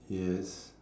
yes